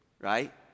Right